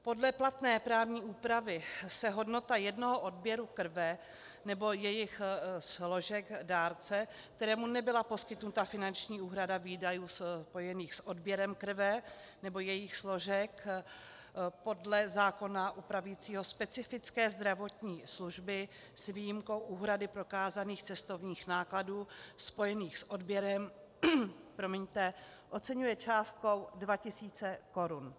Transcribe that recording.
Podle platné právní úpravy se hodnota jednoho odběru krve nebo jejích složek dárce, kterému nebyla poskytnuta finanční úhrada výdajů spojených s odběrem krve nebo jejích složek, podle zákona upravujícího specifické zdravotní služby, s výjimkou úhrady prokázaných cestovních nákladů spojených s odběrem, oceňuje částkou 2 tisíce korun.